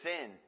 sin